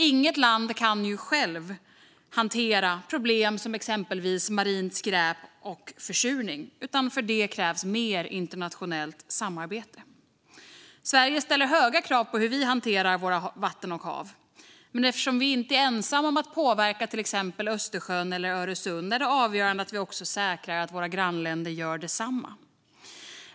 Inget land kan ju självt hantera problem som exempelvis marint skräp och försurning. För det krävs mer internationellt samarbete. I Sverige ställer vi höga krav på hur vi hanterar våra vatten och hav. Men eftersom vi inte är ensamma om att påverka miljön i till exempel Östersjön och Öresund är det avgörande att vi säkrar att våra grannländer gör detsamma.